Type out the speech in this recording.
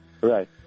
Right